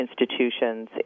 institutions